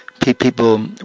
People